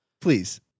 Please